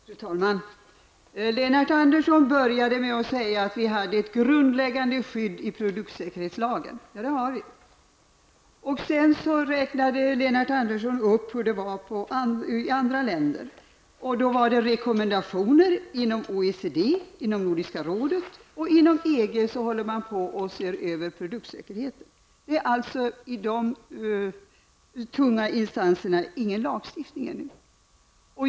Fru talman! Lennart Andersson började med att säga att vi hade ett grundläggande skydd i produktsäkerhetslagen. Ja, det har vi. Sedan räknade Lennart Andersson upp hur det var i andra länder. Det var rekommendationer inom OECD och inom Nordiska rådet, och inom EG håller man på att se över produktsäkerheten. Det är alltså i dessa tunga instanser ännu ingen lagstiftning.